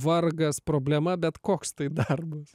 vargas problema bet koks tai darbas